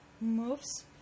moves